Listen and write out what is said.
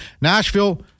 Nashville